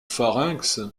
pharynx